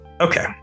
Okay